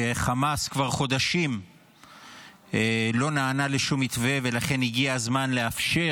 שחמאס כבר חודשים לא נענה לשום מתווה ולכן הגיע הזמן לאפשר,